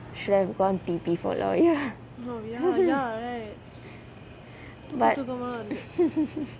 should have gone T_P for lawyer but